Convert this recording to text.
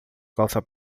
calça